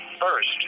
first